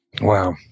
Wow